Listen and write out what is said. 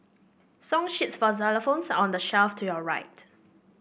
song sheets for xylophones are on the shelf to your right